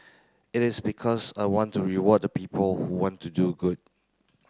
it is because I want to reward the people who want to do good